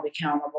accountable